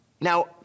Now